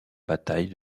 bataille